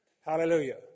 Hallelujah